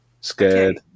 scared